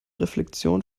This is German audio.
reflexion